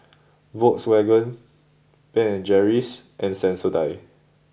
Volkswagen Ben and Jerry's and Sensodyne